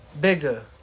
bigger